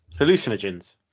Hallucinogens